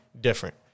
different